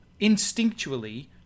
instinctually